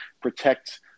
protect